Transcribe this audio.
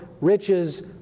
riches